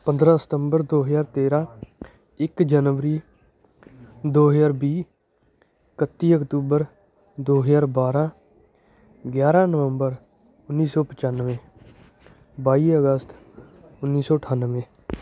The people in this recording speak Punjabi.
ਪੰਦਰ੍ਹਾਂ ਸਤੰਬਰ ਦੋ ਹਜ਼ਾਰ ਤੇਰ੍ਹਾਂ ਇੱਕ ਜਨਵਰੀ ਦੋ ਹਜ਼ਾਰ ਵੀਹ ਇਕੱਤੀ ਅਕਤੂਬਰ ਦੋ ਹਜ਼ਾਰ ਬਾਰ੍ਹਾਂ ਗਿਆਰ੍ਹਾਂ ਨਵੰਬਰ ਉੱਨੀ ਸੌ ਪਚਾਨਵੇਂ ਬਾਈ ਅਗਸਤ ਉੱਨੀ ਸੌ ਅਠਾਨਵੇਂ